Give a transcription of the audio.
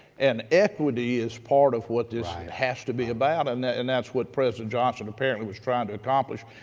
and equity is part of what this has to be about, and and that's what president johnson apparently was trying to accomplish.